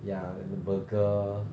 ya and the burger